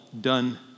done